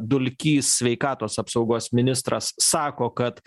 dulkys sveikatos apsaugos ministras sako kad